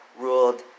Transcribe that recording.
ruled